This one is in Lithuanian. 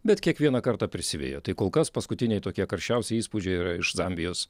bet kiekvieną kartą prisiveja tai kol kas paskutiniai tokie karščiausi įspūdžiai yra iš zambijos